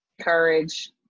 Courage